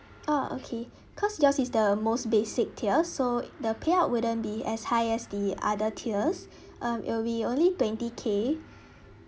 oh okay because yours is the most basic tier so the payout wouldn't be as high as the other tiers um it'll be only twenty K